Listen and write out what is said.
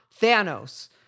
Thanos